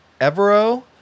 Evero